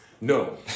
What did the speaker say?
No